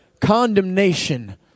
Condemnation